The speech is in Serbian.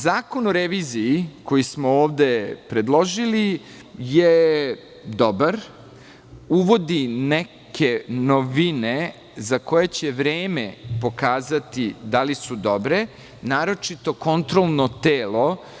Zakon o reviziji koji smo ovde predložili je dobar, uvodi neke novine za koje će vreme pokazati da li su dobre, naročito kontrolno telo.